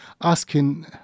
asking